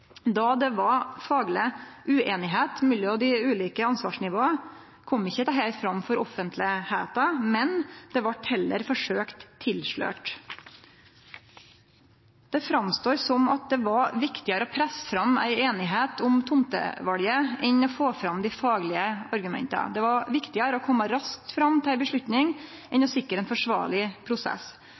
Då det var fagleg ueinigheit mellom dei ulike ansvarsnivåa, kom ikkje dette fram i offentlegheita, men vart heller forsøkt tilslørt. Det står fram som at det var viktigare å presse fram ei einigheit om tomtevalet, enn å få fram dei faglege argumenta. Det var viktigare å kome raskt fram til ei avgjerd enn å sikre ein forsvarleg prosess.